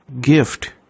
gift